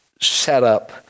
setup